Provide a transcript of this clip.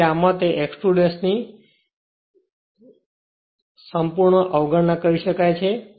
તેથી આમાં તે x 2 ની સંપૂર્ણ અવગણના કરી શકાય છે